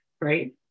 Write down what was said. right